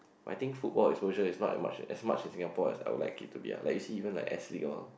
I think football exposure is not as much as much as Singapore as I would like it to be lah like you see even like S league hor